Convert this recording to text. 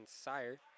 Sire